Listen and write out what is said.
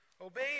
Obey